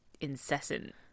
incessant